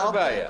זאת הבעיה.